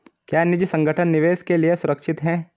क्या निजी संगठन निवेश के लिए सुरक्षित हैं?